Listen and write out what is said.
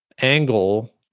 angle